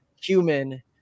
human